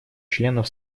членов